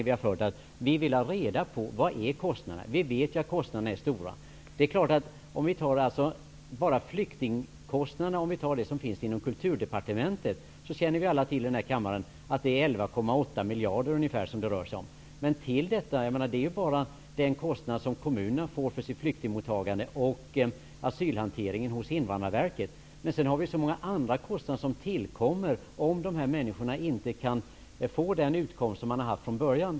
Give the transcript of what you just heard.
Vi har hela tiden velat ha reda på hur höga kostnaderna är. Vi vet att de är stora. Låt oss begränsa oss till de flyktingkostnader som betalas via Kulturdepartementet -- vi känner alla här i kammaren till att det rör sig om omkring 11,8 miljarder. Men det är bara de pengar som kommunerna får för sitt flyktingmottagande plus kostnaderna för asylhanteringen hos Invandrarverket. Men sedan tillkommer många andra kostnader, om de här människorna inte kan få den utkomst de har haft från början.